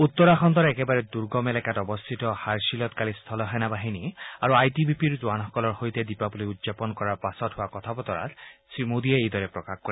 উত্তৰাখণ্ডৰ একেবাৰে দুৰ্গম এলেকাত অৱস্থিত হাৰ্ষিলত কালি স্থলসেনা বাহিনী আৰু আই টি বি পিৰ জোৱানসকলৰ সৈতে দীপাৱলী উদযাপন কৰাৰ পাছত হোৱা কথা বতৰাত শ্ৰীমোদীয়ে এইদৰে প্ৰকাশ কৰে